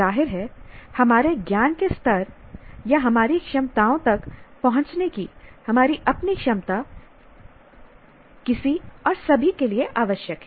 जाहिर है हमारे ज्ञान के स्तर या हमारी क्षमताओं तक पहुंचने की हमारी अपनी क्षमता किसी और सभी के लिए आवश्यक है